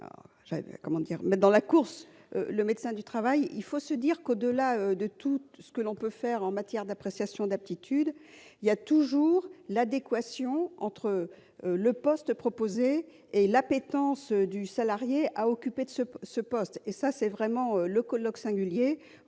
dans la course, le médecin du travail, il faut se dire qu'au-delà de tout, tout ce que l'on peut faire en matière d'appréciation d'aptitude, il y a toujours l'adéquation entre le poste proposé et l'appétence du salarié a occupé de ce pour ce poste, et ça c'est vraiment le colloque singulier